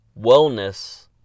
wellness